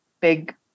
big